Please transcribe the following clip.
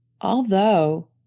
Although